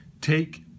take